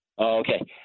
Okay